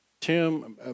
Tim